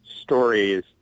stories